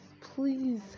please